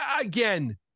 again